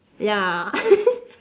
ya